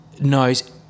knows